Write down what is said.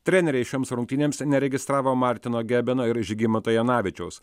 treneriai šioms rungtynėms neregistravo martino gebeno ir žygimanto janavičiaus